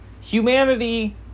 Humanity